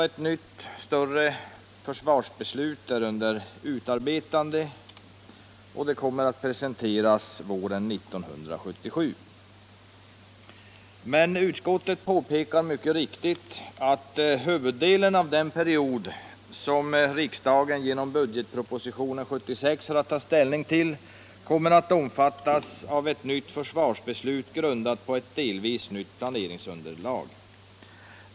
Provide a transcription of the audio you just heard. Ett nytt, större flerårsbeslut är under utarbetande, och det kommer att presenteras under våren 1977. Utskottet påpekar mycket riktigt att huvuddelen av den period som riksdagen genom budgetpropositionen 1976 har att ta ställning till kommer att omfattas av ett nytt försvarsbeslut, grundat på delvis nytt planeringsunderlag.